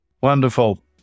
Wonderful